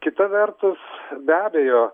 kita vertus be abejo